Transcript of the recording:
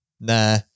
nah